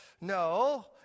No